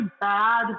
bad